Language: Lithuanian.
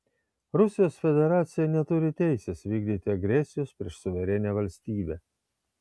rusijos federacija neturi teisės vykdyti agresijos prieš suverenią valstybę